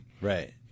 Right